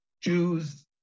Jews